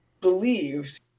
believed